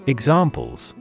Examples